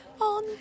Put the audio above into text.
on